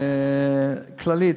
כללית,